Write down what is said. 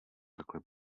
takhle